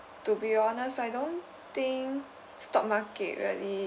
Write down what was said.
to be honest I don't think stock market really